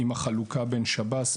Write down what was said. עם החלוקה בין שב"ס,